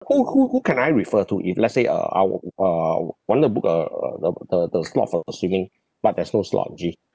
who who who can I refer to if let's say uh our uh I uh wanted to book a uh the the slot for swimming but there's no slot actually